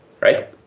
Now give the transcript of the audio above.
right